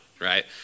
right